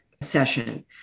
session